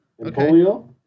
polio